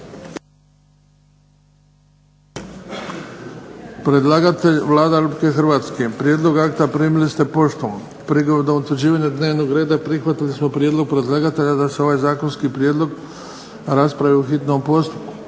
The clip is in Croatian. Predlagatelj Vlada Republike Hrvatske. Prijedlog akta primili ste poštom. Prigodom utvrđivanja dnevnog reda prihvatili smo prijedlog predlagatelja da se ovaj zakonski prijedlog raspravi u hitnom postupku.